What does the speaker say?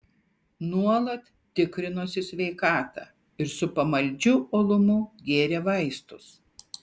nuolat tikrinosi sveikatą ir su pamaldžiu uolumu gėrė vaistus